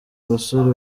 basore